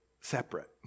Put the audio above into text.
separate